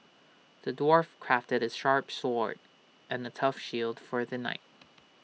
the dwarf crafted A sharp sword and A tough shield for the knight